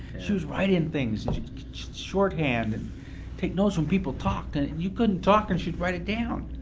she was writing and things and shorthand and take notes when people talked. and and you couldn't talk and she'd write it down,